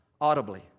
audibly